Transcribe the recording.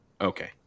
Okay